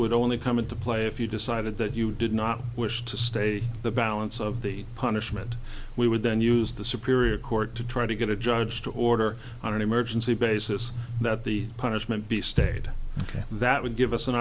would only come into play if you decided that you did not wish to state the balance of the punishment we would then use the superior court to try to get a judge to order on an emergency basis that the punishment be stayed ok that would give us an